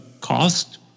cost